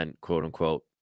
quote-unquote